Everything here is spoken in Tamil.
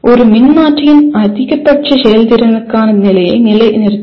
ஒரு மின்மாற்றியின் அதிகபட்ச செயல்திறனுக்கான நிலையை நிலைநிறுத்துங்கள்